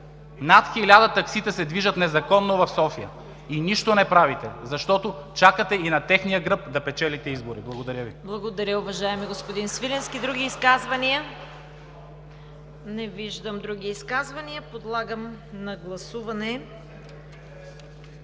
Над 1000 таксита се движат незаконно в София и нищо не правите, защото чакате на техния гръб да печелите избори. Благодаря Ви. ПРЕДСЕДАТЕЛ ЦВЕТА КАРАЯНЧЕВА: Благодаря, уважаеми господин Свиленски. Други изказвания? Не виждам други изказвания. Подлагам на гласуване